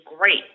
great